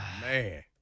Man